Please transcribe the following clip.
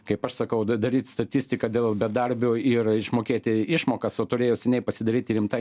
kaip aš sakau da daryt statistiką dėl bedarbio ir išmokėti išmokas o turėjo seniai pasidaryti rimta